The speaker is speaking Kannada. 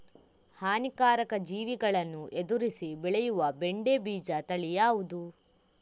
ಹಾನಿಕಾರಕ ಜೀವಿಗಳನ್ನು ಎದುರಿಸಿ ಬೆಳೆಯುವ ಬೆಂಡೆ ಬೀಜ ತಳಿ ಯಾವ್ದು?